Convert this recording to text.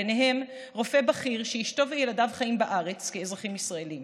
ביניהם רופא בכיר שאשתו וילדיו חיים בארץ כאזרחים ישראלים,